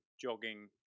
jogging